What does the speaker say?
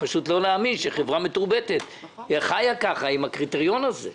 פשוט לא להאמין שחברה מתורבתת חיה עם הקריטריון הזה.